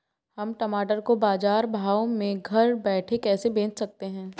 हम टमाटर को बाजार भाव में घर बैठे कैसे बेच सकते हैं?